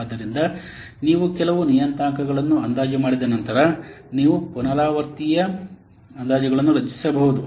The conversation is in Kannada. ಆದ್ದರಿಂದ ನೀವು ಕೆಲವು ನಿಯತಾಂಕಗಳನ್ನು ಅಂದಾಜು ಮಾಡಿದ ನಂತರ ನೀವು ಪುನರಾವರ್ತನೀಯ ಅಂದಾಜುಗಳನ್ನು ರಚಿಸಬಹುದು